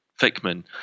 Fickman